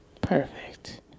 Perfect